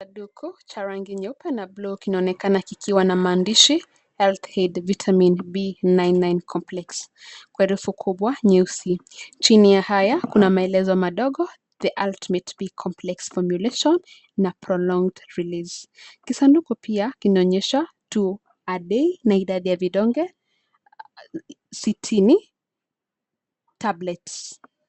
Kisanduku cha rangi nyeupe na bluu kinaonekana kikiwa na maandishi ya Vitamin B99 Complex kwa herufi kubwa na nyeusi, chini ya haya kuna maelezo madogo The altimate 8 Complex Fromulation na Prolonged Released . Kisanduku pia kinaonyesha 'TWO-A-DAY' na idadi ya vidonge sitini tablets .